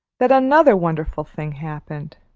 that another wonderful thing happened.